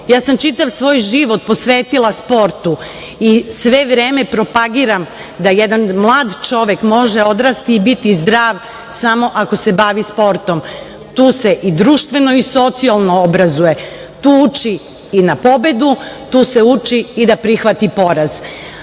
sportom? Čitav svoj život sam posvetila sportu i sve vreme propagiram da jedan mlad čovek može odrasti i biti zdrav samo ako se bavi sportom. Tu se i društveno i socijalno obrazuje. Tu uči i na pobedu, tu se uči i da prihvati poraz,